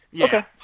Okay